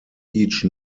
each